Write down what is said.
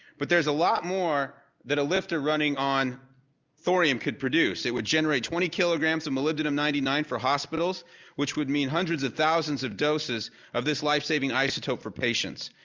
but there's a lot more that a lifter running on thorium could produce. it would generate twenty kilograms of molybdenum ninety nine for hospitals which would mean hundreds of thousands of doses of this life saving isotope for patients.